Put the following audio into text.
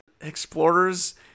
explorers